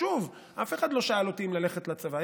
שוב, אף אחד לא שאל אותי אם ללכת לצבא.